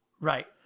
Right